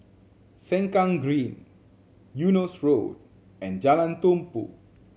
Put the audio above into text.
Sengkang Green Eunos Road and Jalan Tumpu